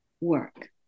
work